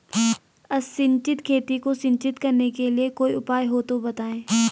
असिंचित खेती को सिंचित करने के लिए कोई उपाय हो तो बताएं?